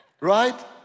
right